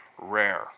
rare